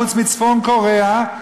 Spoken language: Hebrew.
חוץ מצפון-קוריאה,